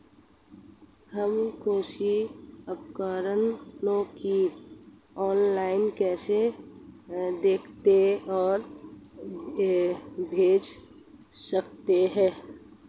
हम कृषि उपकरणों को ऑनलाइन कैसे खरीद और बेच सकते हैं?